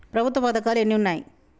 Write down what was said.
ప్రభుత్వ పథకాలు ఎన్ని ఉన్నాయి?